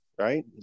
Right